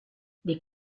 les